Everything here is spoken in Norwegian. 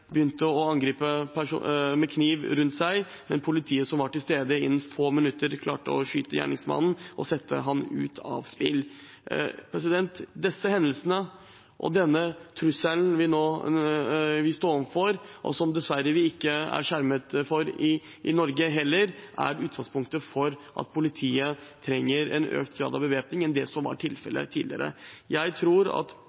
begynte å angripe med kniv rundt seg. Politiet, som var til stede innen få minutter, klarte å skyte gjerningsmannen og sette ham ut av spill. Disse hendelsene og den trusselen vi står overfor nå, som vi dessverre ikke er skjermet for i Norge heller, er utgangspunktet for at politiet trenger en høyere grad av bevæpning enn det som var